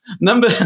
number